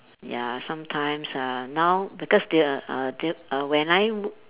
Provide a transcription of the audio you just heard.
ya sometimes ah now because there are uh the uh when I mo~